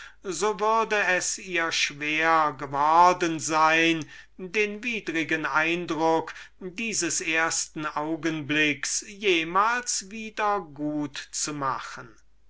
so würde es ihr schwer gewesen sein den widrigen eindruck dieses ersten augenblicks jemals wieder gut zu machen